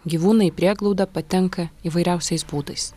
gyvūnai į prieglaudą patenka įvairiausiais būdais